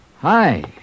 Hi